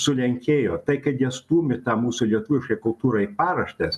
sulenkėjo tai kad jie stūmė tą mūsų lietuvišką kultūrą į paraštes